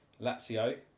Lazio